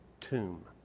tomb